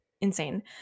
insane